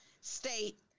state